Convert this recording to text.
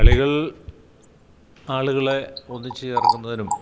കളികള് ആളുകളെ ഒന്നിച്ചു ചേര്ക്കുന്നതിനും